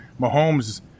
Mahomes